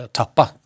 tappa